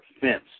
fence